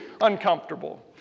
uncomfortable